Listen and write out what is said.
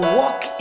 walk